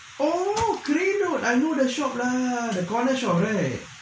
oh grave road I know the shop lah the corner shop right